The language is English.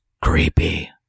creepy